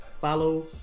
follow